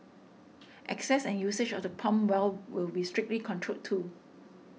access and usage of the pump well will be strictly controlled too